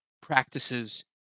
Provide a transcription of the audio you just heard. practices